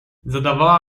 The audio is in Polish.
zadawała